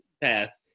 path